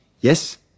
Yes